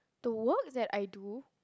the work that I do